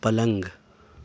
پلنگ